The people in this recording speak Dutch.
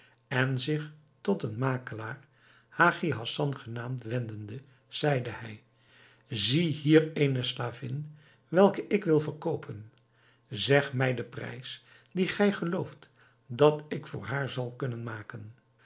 en zich tot een makelaar hagi hassan genaamd wendende zeide hij zie hier eene slavin welke ik wil verkoopen zeg mij den prijs dien gij gelooft dat ik voor haar zal kunnen maken